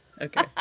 Okay